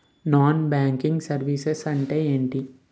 Non banking services అంటే ఎంటి?